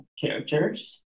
characters